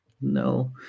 No